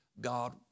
God